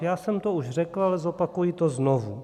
Já jsem to už řekl, ale zopakuji to znovu.